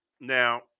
Now